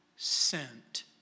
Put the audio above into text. Sent